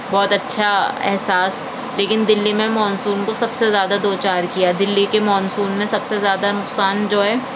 بہت اچھا احساس لیکن دلی میں مانسون تو سب سے زیادہ دوچار کیا دلی کے مانسون نے سب زیادہ نقصان جو ہے